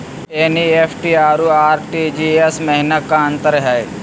NEFT अरु RTGS महिना का अंतर हई?